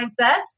mindsets